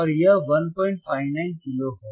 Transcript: और यह 159 kilohertz है